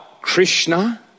Krishna